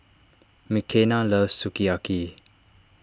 Mckenna loves Sukiyaki